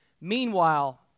Meanwhile